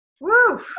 woo